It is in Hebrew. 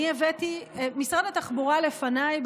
משרד התחבורה לפניי,